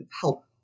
help